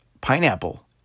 pineapple